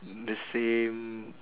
the same